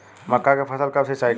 मका के फ़सल कब सिंचाई करी?